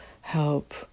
help